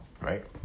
right